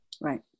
Right